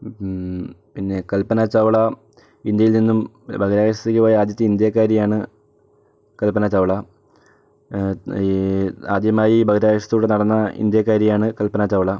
പിന്നെ കൽപ്പന ചൗള ഇന്ത്യയിൽ നിന്നും ബഹിരാകാശത്തേക്ക് പോയ ആദ്യത്തെ ഇന്ത്യക്കാരി ആണ് കൽപന ചൗള ആദ്യമായി ബഹിരാകാശത്തൂടെ നടന്ന ആദ്യ ഇന്ത്യക്കാരി ആണ് കൽപന ചൗള